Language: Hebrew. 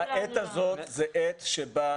העת הזאת זו עת שבה,